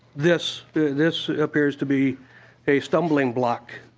this this appears to be a stumbling block